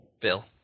Bill